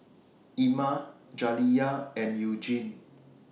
Ima Jaliyah and Eugene